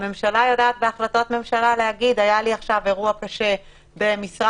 הממשלה יודעת בהחלטות ממשלה להגיד: היה לי עכשיו אירוע קשה במשרד